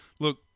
look